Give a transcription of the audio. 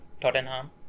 Tottenham